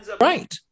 Right